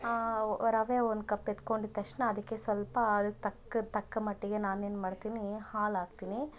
ರವೆ ಒಂದು ಕಪ್ ಎತ್ಕೊಂಡಿದ್ದ ತಕ್ಷಣ ಅದಕ್ಕೆ ಸ್ವಲ್ಪ ಅದಕ್ಕೆ ತಕ್ಕ ತಕ್ಕ ಮಟ್ಟಿಗೆ ನಾನು ಏನ್ಮಾಡ್ತೀನಿ ಹಾಲು ಹಾಕ್ತಿನಿ